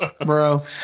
bro